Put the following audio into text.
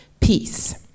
peace